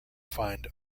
find